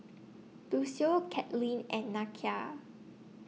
Lucio Kathleen and Nakia